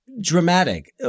Dramatic